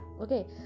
okay